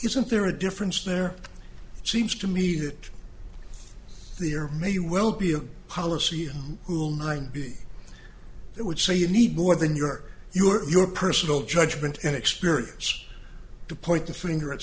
isn't there a difference there seems to me that there may well be a policy in who'll mind be it would say you need more than your you or your personal judgment and experience to point the finger at